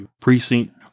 precinct